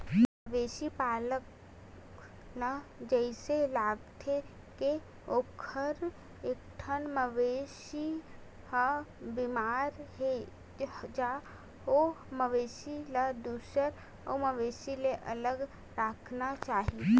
मवेशी पालक ल जइसे लागथे के ओखर एकठन मवेशी ह बेमार हे ज ओ मवेशी ल दूसर अउ मवेशी ले अलगे राखना चाही